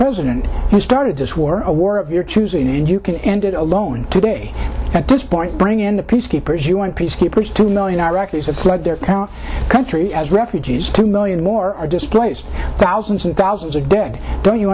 president you started this war a war of your choosing and you can end it alone today at this point bring in the peacekeepers you want peacekeepers two million iraqis have fled their country as refugees two million more or displaced thousands and thousands of dead don't you